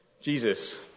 Jesus